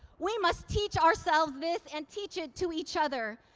we must teach ourselves this and teach it to each other.